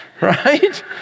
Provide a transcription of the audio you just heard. right